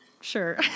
Sure